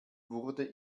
wurde